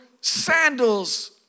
sandals